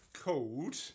called